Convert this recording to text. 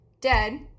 Dead